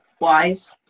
wise